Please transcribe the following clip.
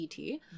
ET